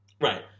right